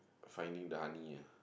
finding the honey ah